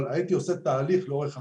אבל הייתי עושה תהליך לאורך עשור.